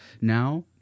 now